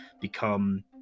become